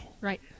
Right